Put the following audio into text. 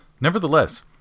Nevertheless